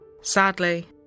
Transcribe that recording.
Sadly